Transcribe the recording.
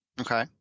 Okay